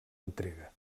entrega